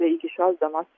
iki šios dienos